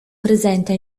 presenta